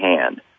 hand